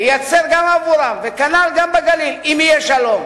ייצרו גם עבורם, כנ"ל גם בגליל, אם יהיה שלום.